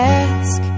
ask